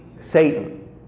Satan